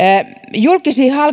julkisiin